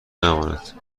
نماند